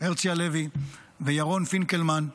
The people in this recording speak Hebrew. הרצי הלוי וירון פינקלמן.